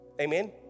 Amen